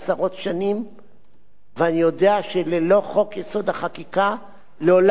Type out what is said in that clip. ואני יודע שללא חוק-יסוד: החקיקה לעולם לא תהיה חוקה למדינת ישראל,